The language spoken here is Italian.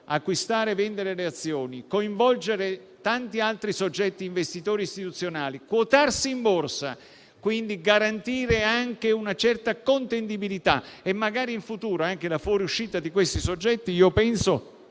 acquistare e vendere le azioni, coinvolgere tanti altri soggetti investitori istituzionali e quotarsi in borsa, quindi garantire anche una certa contendibilità, e magari in futuro anche fuoriuscire, penso